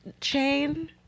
chain